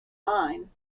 mine